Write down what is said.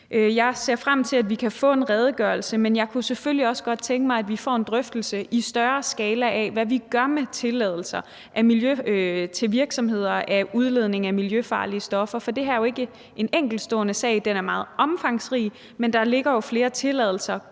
Jeg ser frem til, at vi kan få en redegørelse, men jeg kunne selvfølgelig også godt tænke mig, at vi fik en drøftelse i større skala af, hvad vi gør med tilladelser til virksomheder til udledning af miljøfarlige stoffer, for det her er jo ikke en enkeltstående sag. Den er meget omfangsrig, men der ligger jo snart flere tilladelser